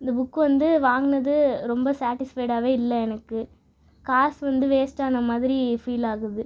இந்த புக் வந்து வாங்குனது ரொம்ப சேட்டிஸ்ஃபைடாவே இல்லை எனக்கு காசு வந்து வேஸ்ட்டானா மாதிரி ஃபீல் ஆகுது